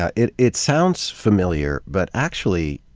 ah it it sounds familiar but actually,